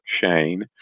Shane